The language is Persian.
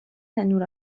نور